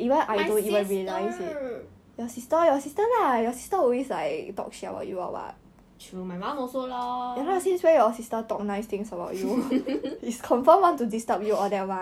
like I put my unglam there then I just keep watching myself then I keep laughing and laughing then I also did on derrick his face is really very funny I should do more I should very boliao meh it's very funny [what]